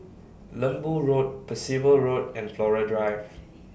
Lembu Road Percival Road and Flora Drive